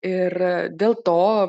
ir dėl to